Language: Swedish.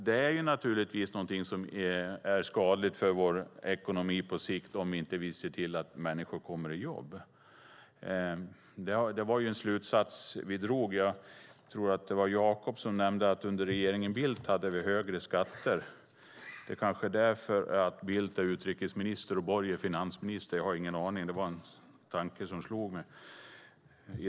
Det är förstås på sikt skadligt för vår ekonomi om vi inte ser till att människor kommer i jobb. Den slutsatsen drog vi. Jag tror att det var Jacob Johnson som nämnde att vi under regeringen Bildt hade högre skatter. Det är kanske därför som Bildt är utrikesminister och Borg finansminister i dagens regering. Jag vet inte; det var bara en tanke som slog mig.